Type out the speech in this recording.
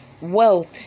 wealth